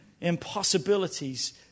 impossibilities